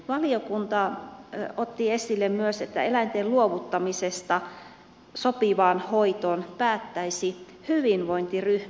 valiokunta otti esille myös että eläinten luovuttamisesta sopivaan hoitoon päättäisi hyvinvointiryhmä